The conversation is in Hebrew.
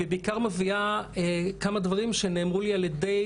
אני בעיקר מביאה כמה דברים שנאמרו לי על ידי